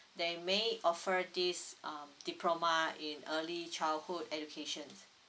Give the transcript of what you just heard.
they may offer this um diploma in early childhood education